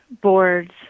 boards